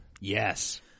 Yes